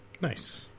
Nice